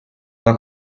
una